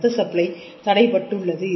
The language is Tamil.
ரத்த சப்ளை தடைபட்டுள்ளது